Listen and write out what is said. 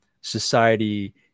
society